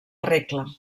regla